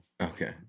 Okay